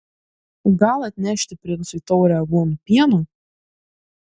gal atnešti princui taurę aguonų pieno